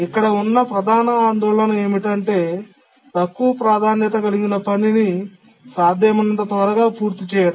ఇక్కడ ఉన్న ప్రధాన ఆందోళన ఏమిటంటే తక్కువ ప్రాధాన్యత కలిగిన పనిని సాధ్యమైనంత త్వరగా పూర్తి చేయడం